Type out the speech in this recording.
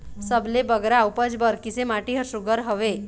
सबले बगरा उपज बर किसे माटी हर सुघ्घर हवे?